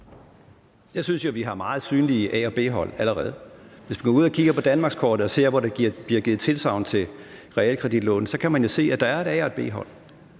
Jeg synes jo, at vi har meget synlige A- og B-hold allerede i dag. Hvis man kigger på danmarkskortet og ser, hvor der bliver givet tilsagn om realkreditlån, så kan man jo se, at der er et A- og et B-hold,